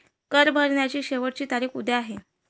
कर भरण्याची शेवटची तारीख उद्या आहे